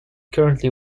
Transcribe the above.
currently